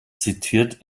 zitiert